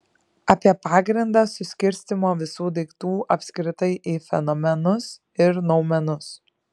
apie pagrindą suskirstymo visų daiktų apskritai į fenomenus ir noumenus